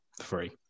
Free